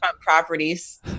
properties